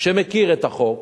שמכיר את החוק,